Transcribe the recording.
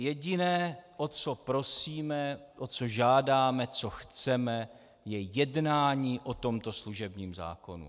Jediné o co prosíme, o co žádáme, co chceme, je jednání o tomto služebním zákonu.